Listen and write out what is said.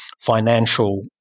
financial